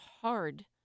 hard